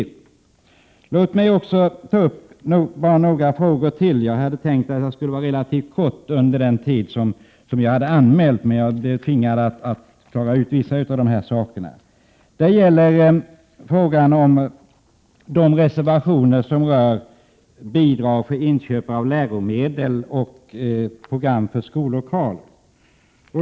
Låt mig också ta upp några frågor till. Jag hade tänkt vara relativt kortfattad under den tid som jag hade anmält, men jag tvingades klara ut dessa saker. Jag skall ta upp de reservationer som rör bidrag till inköp av läromedel och program för skollokaler.